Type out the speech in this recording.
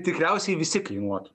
tikriausiai visi kainuotų